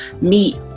meet